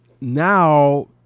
Now